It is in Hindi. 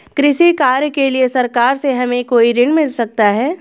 कृषि कार्य के लिए सरकार से हमें कोई ऋण मिल सकता है?